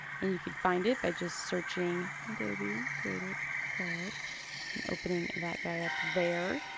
and you can find it by just searching adobe creative cloud and opening that guy up there.